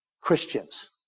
Christians